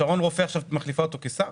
מי מחליף אותו?